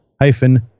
hyphen